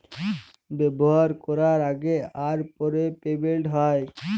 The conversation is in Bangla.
ব্যাভার ক্যরার আগে আর পরে পেমেল্ট হ্যয়